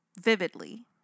vividly